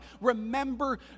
remember